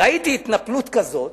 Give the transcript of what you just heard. ראיתי התנפלות כזאת,